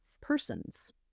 persons